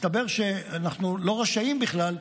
מסתבר שאנחנו לא רשאים בכלל,